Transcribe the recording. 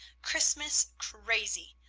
christmas crazy!